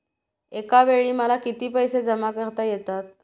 एकावेळी मला किती पैसे जमा करता येतात?